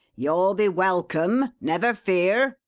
you'll be welcome, never fear!